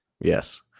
Yes